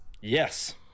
Yes